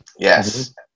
Yes